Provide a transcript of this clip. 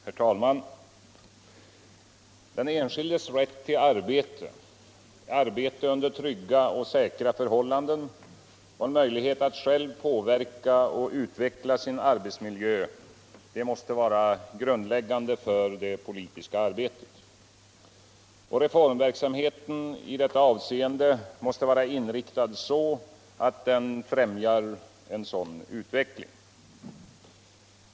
Herr talman! Den enskildes rätt till arbete, arbete under trygga och säkra förhållanden och möjlighet att själv påverka och utveckla sin arbetsmiljö, måste vara grundläggande för det politiska arbetet. Reformverksamheten i detta avseende måste vara inriktad så att den främjar en sådan utveckling.